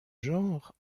genre